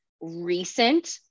recent